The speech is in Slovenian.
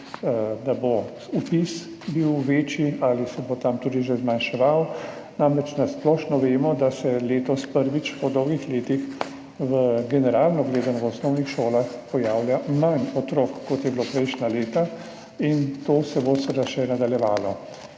da bo večji vpis ali se bo tam tudi zmanjševal, namreč na splošno vemo, da se letos prvič po dolgih letih generalno gledano v osnovnih šolah pojavlja manj otrok, kot jih je bilo prejšnja leta, in to se bo seveda še nadaljevalo.